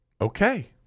Okay